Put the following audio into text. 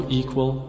equal